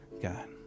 God